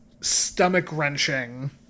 stomach-wrenching